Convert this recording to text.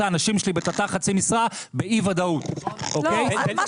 האנשים שלי בתט"ר חצי משרה באי ודאות.